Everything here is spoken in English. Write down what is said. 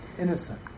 innocent